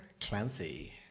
Clancy